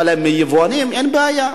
אבל עם היבואנים אין בעיה.